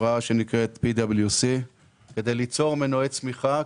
חברה שנקראת P.W.C. כדי ליצור מנועי צמיחה,